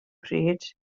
pryd